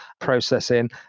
processing